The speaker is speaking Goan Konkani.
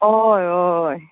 हय हय